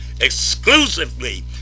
exclusively